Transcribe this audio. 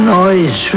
noise